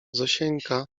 zosieńka